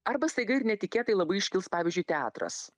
arba staiga ir netikėtai labai iškils pavyzdžiui teatras